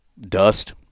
dust